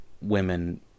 women